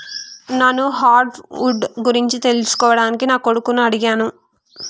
నాను hardwood గురించి తెలుసుకోవడానికి నా కొడుకుని అడిగాను